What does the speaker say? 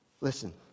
Listen